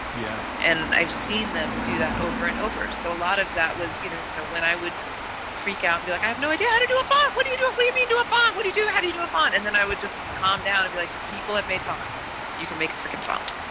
yeah. and i've seen them do that over and over. so a lot of that was, you know, when i would freak out, like, i have no idea how to do a fight. what do you do? it lead me to a fight. what do you do? how do you do a fight? and then i would just calm down and be like people have made font's you can make a frickin prompt,